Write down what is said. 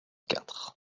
quatre